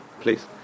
Please